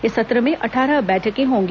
इस सत्र में अट्ठारह बैठकें होंगी